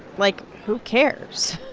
like, who cares?